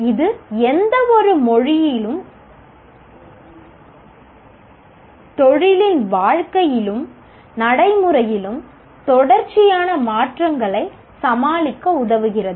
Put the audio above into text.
இது எந்தவொரு தொழிலின் வாழ்க்கையிலும் நடைமுறையிலும் தொடர்ச்சியான மாற்றங்களைச் சமாளிக்க உதவுகிறது